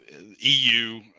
EU